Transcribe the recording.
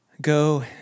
Go